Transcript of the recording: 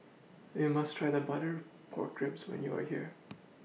YOU must Try The Butter Pork Ribs when YOU Are here